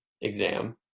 exam